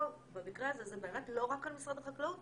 במקרה הזה זה לא רק על משרד החקלאות,